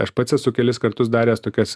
aš pats esu kelis kartus daręs tokias